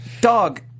Dog